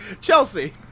Chelsea